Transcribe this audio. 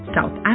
South